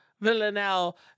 Villanelle